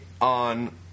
on